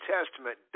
Testament